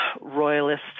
royalist